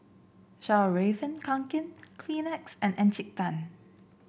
Fjallraven Kanken Kleenex and Encik Tan